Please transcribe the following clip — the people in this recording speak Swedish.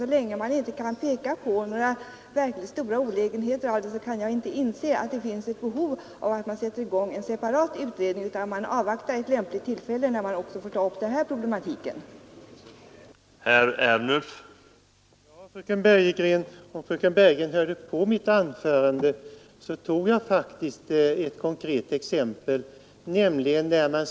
Så länge man inte kan peka på några verkligt stora olägenheter med de nuvarande bestämmelserna, kan miskt förtal jag inte inse att det finns ett behov av att sätta i gång en separat utredning, utan jag anser att vi bör avvakta ett lämpligt tillfälle för en utredning där också dessa problem får tas upp till prövning.